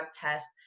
test